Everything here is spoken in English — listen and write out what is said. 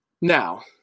Now